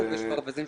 הוועדה הזאת